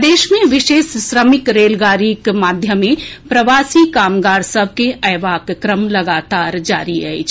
प्रदेश मे विशेष श्रमिक रेलगाड़ीक माध्यमे प्रवासी कामगार सभ के अएबाक क्रम लगातार जारी अछि